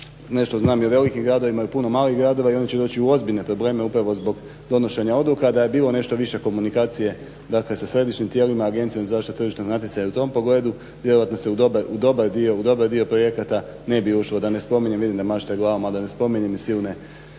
nešto znam i o velikim gradovima i o puno malih gradova i oni će doći u ozbiljne probleme upravo zbog donošenja odluka. Da je bilo nešto više komunikacije sa središnjim tijelima i Agencijom za tržišno natjecanje i u tom pogledu vjerojatno se u dobar dio projekata ne bi ušlo. Da ne spominjem vidim da mašete glavom a da ne spominjem i silne